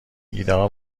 ایدهها